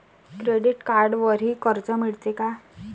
Credit कार्डवरही कर्ज मिळते का?